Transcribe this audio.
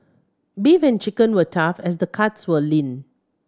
beef and chicken were tough as the cuts were lean